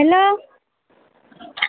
hello